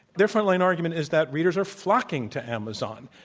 their frontline argument is that readers are flocking to amazon,